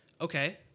okay